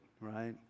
right